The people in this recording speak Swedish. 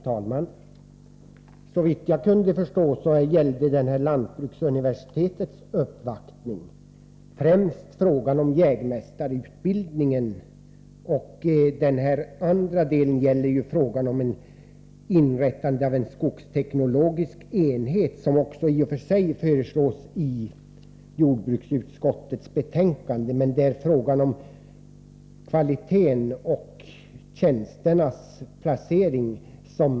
Herr talman! Såvitt jag kunde förstå gällde lantbruksuniversitetets uppvaktning främst frågan om jägmästarutbildningen. Den andra delen gäller frågan om inrättandet av en skogsteknologisk enhet, som i och för sig också föreslås i jordbruksutskottets betänkande. Men ytterst gäller det frågan om kvaliteten och tjänsternas placering.